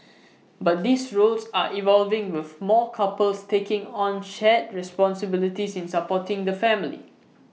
but these roles are evolving with more couples taking on shared responsibilities in supporting the family